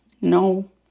no